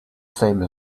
same